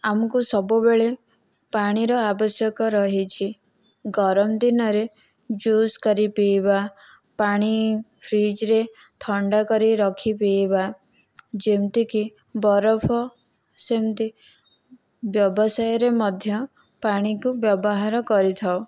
ଆମକୁ ସବୁବେଳେ ପାଣିର ଆବଶ୍ୟକ ରହିଛି ଗରମ ଦିନରେ ଜୁସ୍ କରି ପିଇବା ପାଣି ଫ୍ରୀଜ୍ ରେ ଥଣ୍ଡା କରି ରଖି ପିଇବା ଯେମିତିକି ବରଫ ସେମିତି ବ୍ୟବସାୟରେ ମଧ୍ୟ ପାଣିକୁ ବ୍ୟବହାର କରିଥାଉ